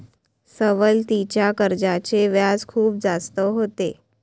सवलतीच्या कर्जाचे व्याज खूप जास्त होते